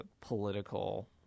political